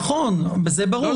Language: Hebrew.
נכון, זה ברור.